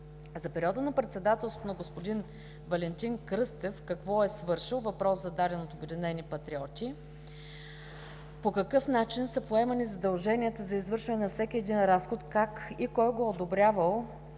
За периода на председателството на господин Валентин Кръстев какво е свършил – въпрос, зададен от „Обединени патриоти“. По какъв начин са поемани задължения за извършване на всеки един разход, как и кой е одобрявал